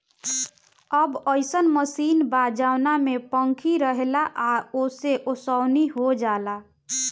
अब अइसन मशीन बा जवना में पंखी रहेला आ ओसे ओसवनी हो जाला